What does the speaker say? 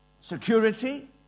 security